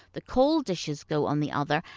the cold dishes go on the other,